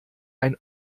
ein